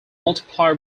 multiply